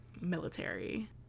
military